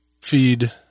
feed